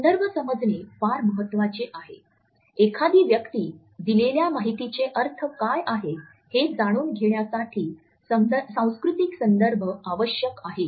संदर्भ समजणे फार महत्वाचे आहे एखादी व्यक्ती दिलेल्या माहितीचे अर्थ काय आहे हे जाणून घेण्यासाठी सांस्कृतिक संदर्भ आवश्यक आहे